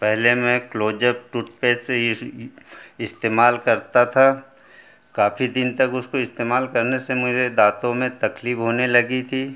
पहले में Closeup toothpaste से इस्तेमाल करता था काफ़ी दिन तक उसको इस्तेमाल करने से मुझे दातों में तकलीफ़ होने लगी थी